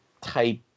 type